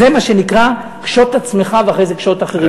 זה מה שנקרא קשוט עצמך ואחרי זה קשוט אחרים.